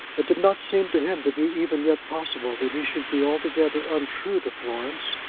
it did not seem to him to be even yet possible that he should be altogether untrue to florence.